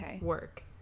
work